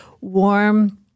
warm